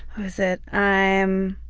i said that i'm